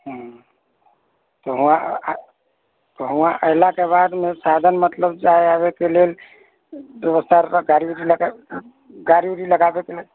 हँ हमरा अएलाके बादमे साधन मतलब जाइ आबैके लेल बेबस्था उबस्था गाड़ी उड़ी लगाबैके